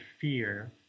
fear